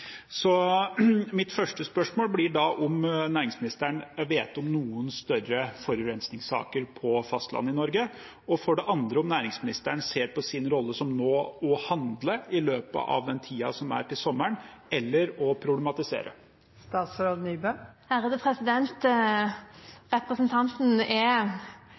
Mitt første spørsmål blir da om næringsministeren vet om noen større forurensningssaker på fastlandet i Norge, og for det andre om næringsministeren nå ser på sin rolle som å handle i løpet av den tiden som er til sommeren, eller å problematisere. Representanten tilpasser spørsmålet sitt på en veldig god måte, for som representanten vet, er